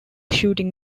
shooting